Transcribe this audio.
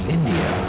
India